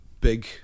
big